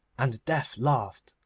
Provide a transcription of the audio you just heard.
and death laughed,